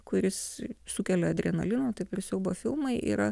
kuris sukelia adrenalino taip ir siaubo filmai yra